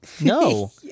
No